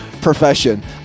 profession